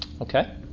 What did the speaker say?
Okay